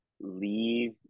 leave